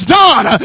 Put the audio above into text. done